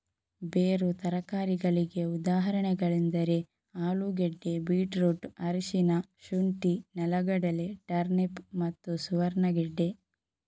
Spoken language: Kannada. ಬೇರು ತರಕಾರಿಗಳಿಗೆ ಉದಾಹರಣೆಗಳೆಂದರೆ ಆಲೂಗೆಡ್ಡೆ, ಬೀಟ್ರೂಟ್, ಅರಿಶಿನ, ಶುಂಠಿ, ನೆಲಗಡಲೆ, ಟರ್ನಿಪ್ ಮತ್ತು ಸುವರ್ಣಗೆಡ್ಡೆ